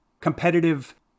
competitive